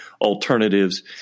alternatives